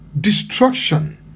destruction